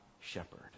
shepherd